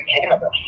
cannabis